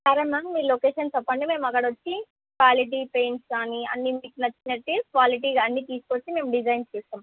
సరే మ్యామ్ మీ లొకేషన్ చెప్పండి మేం అక్కడొచ్చి క్వాలిటీ పెయింట్స్ గానీ అన్నీ మీకు నచ్చినట్టి క్వాలిటీగా అన్నీ తీసుకొచ్చి మేం డిజైన్స్ చేస్తాం